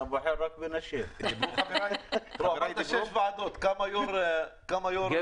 אני בטוח שהזכירו חבריי את זה שבכנסת ה-20 הייתה